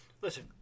listen